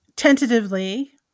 Tentatively